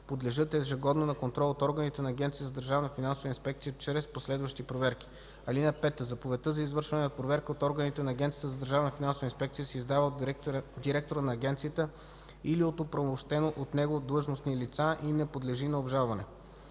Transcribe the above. подлежат ежегодно на контрол от органите на Агенцията за държавна финансова инспекция чрез последващи проверки. (5) Заповедта за извършване на проверка от органите на Агенцията за държавна финансова инспекция се издава от директора на агенцията или от оправомощени от него длъжностни лица и не подлежи на обжалване.